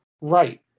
Right